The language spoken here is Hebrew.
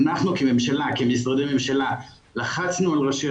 אנחנו, כמשרדי ממשלה, לחצנו על ראשי